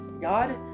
God